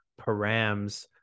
params